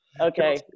Okay